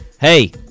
hey